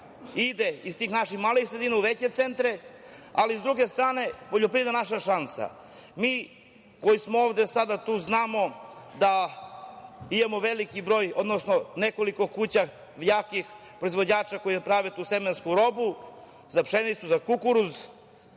ide iz tih naših malih sredina u veće centre, ali s druge strane poljoprivreda je naša šansa. Mi koji smo ovde sada tu znamo da imamo veliki broj, odnosno nekoliko kuća jakih proizvođača koje prave tu semensku robu za pšenicu za kukuruz